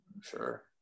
sure